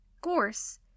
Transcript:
Gorse